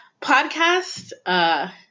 podcast